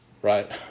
Right